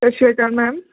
Sat Sri Akal ma'am